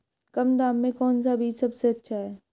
कम दाम में कौन सा बीज सबसे अच्छा है?